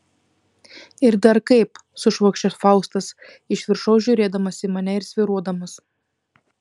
ir dar kaip sušvokščia faustas iš viršaus žiūrėdamas į mane ir svyruodamas